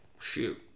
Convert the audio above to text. shoot